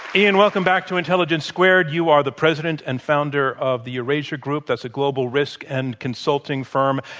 ian, welcome back to intelligence squared. you are the president and founder of the eurasia group. that's a global risk and consulting firm.